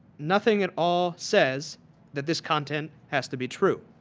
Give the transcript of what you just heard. nothing at all says that this content has to be true.